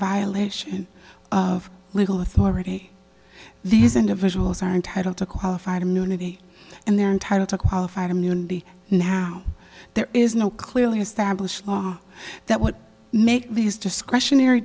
violation of legal authority these individuals are entitled to qualified immunity and they're entitled to qualified immunity now there is no clearly established law that would make these discretionary